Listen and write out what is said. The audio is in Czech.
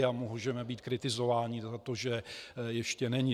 A můžeme být kritizováni spíše za to, že ještě není.